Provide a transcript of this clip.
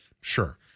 Sure